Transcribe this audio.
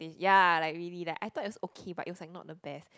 ya like really like I thought it was okay it was like not the best